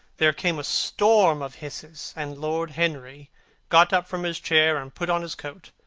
there came a storm of hisses, and lord henry got up from his chair and put on his coat.